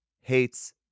Hates